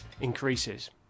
increases